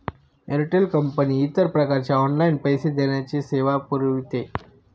Airtel company इतर प्रकारच्या online पैसे देण्याच्या सेवा पुरविते